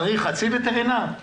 במקרה הזה, המפעל צריך חצי וטרינר או